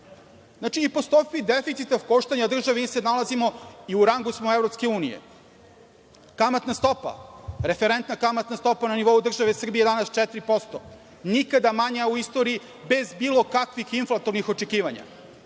Znači, i po stopi deficita od koštanja države mi se nalazimo i u rangu smo Evropske unije. Kamatna stopa. Referentna kamatna stopa na nivou države Srbije danas je 4%, nikada manja u istoriji, bez bilo kakvih inflatornih očekivanja.